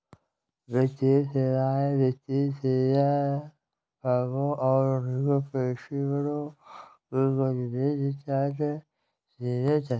वित्तीय सेवाएं वित्तीय सेवा फर्मों और उनके पेशेवरों की गतिविधि तक सीमित हैं